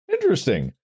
Interesting